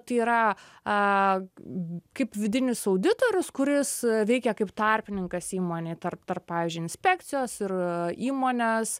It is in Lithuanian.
tai yra a kaip vidinis auditorius kuris veikia kaip tarpininkas įmonėje tarp tarp pavyzdžiui inspekcijos ir įmonės